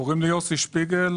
שלוש דקות.